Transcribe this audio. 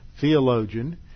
theologian